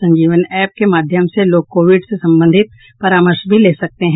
संजीवन app के माध्यम से लोग कोविड से संबंधित परामर्श भी ले सकते हैं